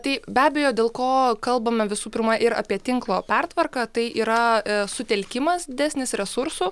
tai be abejo dėl ko kalbame visų pirma ir apie tinklo pertvarką tai yra sutelkimas didesnis resursų